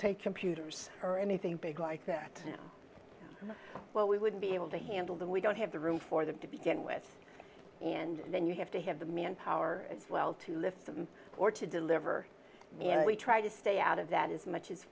take computers or anything big like that where we would be able to handle that we don't have the room for them to begin with and then you have to have the manpower as well to lift them or to deliver and we try to stay out of that is much